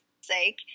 sake